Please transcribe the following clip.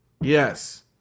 Yes